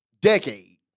decade